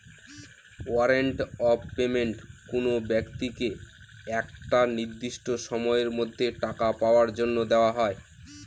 warrant of payment কোনো ব্যক্তিকে একটা নির্দিষ্ট সময়ের মধ্যে টাকা পাওয়ার জন্য দেওয়া হয়